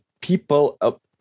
People